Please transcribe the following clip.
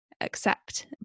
accept